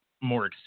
more